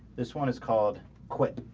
this one is called quit,